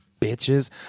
bitches